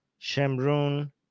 shamroon